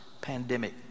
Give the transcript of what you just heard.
pandemic